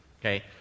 Okay